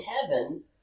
heaven